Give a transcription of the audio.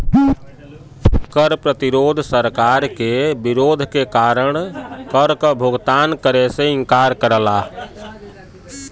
कर प्रतिरोध सरकार के विरोध के कारण कर क भुगतान करे से इंकार करला